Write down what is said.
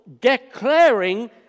declaring